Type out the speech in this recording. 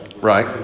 Right